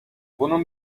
bunun